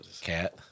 Cat